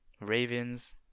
ravens